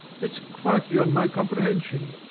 it's quite beyond my comprehension.